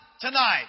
tonight